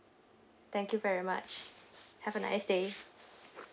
thank you very much have a nice day